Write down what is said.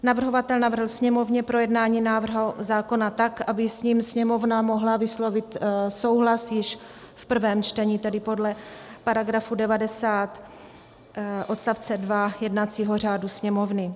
Navrhovatel navrhl Sněmovně projednání návrhu zákona tak, aby s ním Sněmovna mohla vyslovit souhlas již v prvém čtení, tedy podle § 90 odst. 2 jednacího řádu Sněmovny.